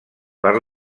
per